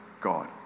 God